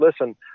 listen